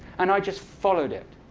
and i just followed it.